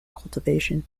cultivation